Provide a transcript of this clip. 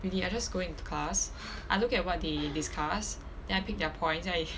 really I just go into class I look at what they discuss then I pick their points then I